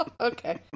Okay